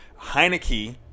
Heineke